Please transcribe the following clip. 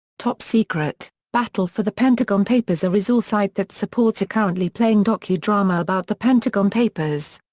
top secret battle for the pentagon papers a resource site that supports a currently playing docu-drama about the pentagon papers.